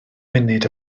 munud